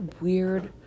weird